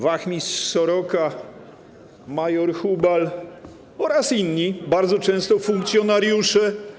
Wachmistrz Soroka, major Hubal oraz inni - bardzo często - funkcjonariusze.